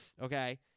Okay